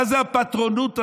מה זה הפטרונות הזאת?